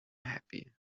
happy